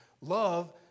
Love